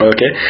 Okay